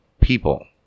people